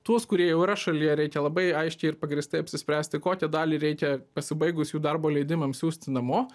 tuos kurie jau yra šalyje reikia labai aiškiai ir pagrįstai apsispręsti kokią dalį reikia pasibaigus jų darbo leidimams siųsti namo